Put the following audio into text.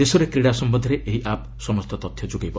ଦେଶରେ କ୍ରୀଡ଼ା ସମ୍ପନ୍ଧରେ ଏହି ଆପ୍ ସମସ୍ତ ତଥ୍ୟ ଯୋଗାଇବ